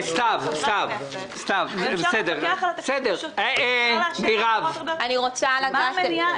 אפשר להתווכח על התקציב --- מה המניעה.